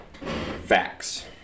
Facts